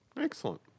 Excellent